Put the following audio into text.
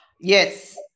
Yes